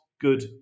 good